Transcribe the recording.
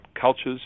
cultures